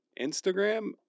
instagram